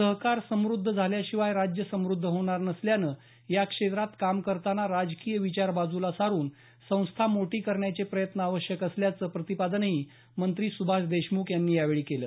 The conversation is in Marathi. सहकार समुद्ध झाल्याशिवाय राज्य समुद्ध होणार नसल्यानं या क्षेत्रात काम करताना राजकीय विचार बाजूला सारून संस्था मोठी करण्याचे प्रयत्न आवश्यक असल्याचं प्रतिपादनही मंत्री सुभाष देशमुख यांनी यावेळी केलं